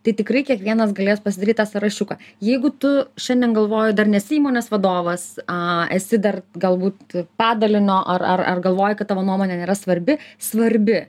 tai tikrai kiekvienas galės pasidaryt tą sąrašiuką jeigu tu šiandien galvoji dar nesi įmonės vadovas a esi dar galbūt padalinio ar ar ar galvoji kad tavo nuomonė nėra svarbi svarbi